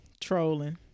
trolling